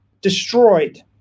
destroyed